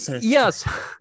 yes